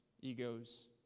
egos